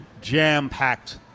jam-packed